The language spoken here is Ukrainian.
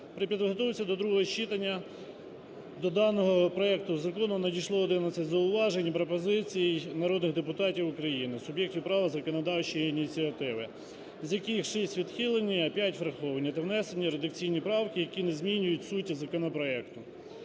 При підготовці до другого читання до даного проекту закону надійшло 11 зауважень і пропозицій народних депутатів України, суб'єктів права законодавчої ініціативи, з яких шість відхилені, а п'ять враховані, та внесені редакційні правки, які не змінюють суті законопроекту.